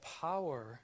power